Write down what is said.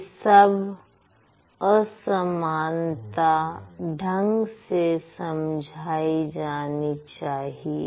ये सब असमानता ढंग से समझाई जानी चाहिए